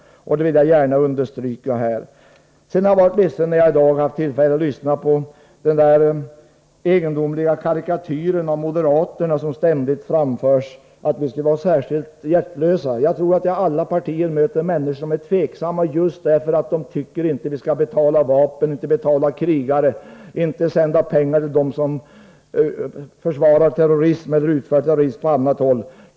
Jag vill gärna understryka att detta är viktigt. Jag blev ledsen när jag i dag lyssnade på debatten och man ständigt gjorde denna egendomliga karikatyr av moderaterna — att vi skulle vara särskilt hjärtlösa. Jag tror att man i alla partier möter människor som är tveksamma just därför att de tycker att vi inte skall betala vapen och krigare, inte skall sända pengar till dem som försvarar terrorism eller utför terrorism.